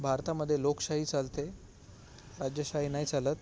भारतामध्ये लोकशाही चालते राजेशाही नाही चालत